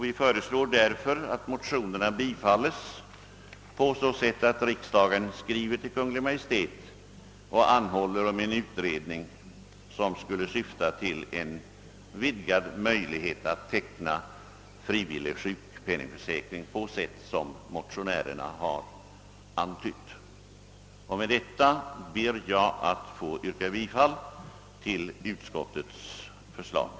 Vi föreslår sålunda att motionerna bifalles på så sätt, att riksdagen skriver till Kungl. Maj:t och anhåller om en utredning i syfte att åstadkomma vidgade möjligheter att teckna frivillig sjukpenningförsäkring. Med detta, herr talman, ber jag att få yrka bifall till utskottets hemställan.